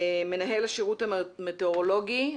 מנהל השירות המטאורולוגי .